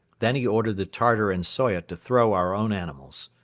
then he ordered the tartar and soyot to throw our own animals.